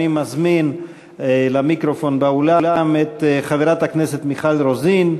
אני מזמין למיקרופון באולם את חברת הכנסת מיכל רוזין.